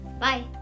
Bye